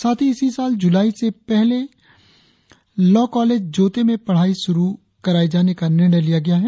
साथ ही इसी साल जुलाई से राज्य के पहले लॉ कॉलेज जोते में पढ़ाई शुरु कराये जाने का निर्णय लिया गया है